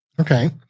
Okay